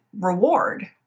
reward